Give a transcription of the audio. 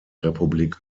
republik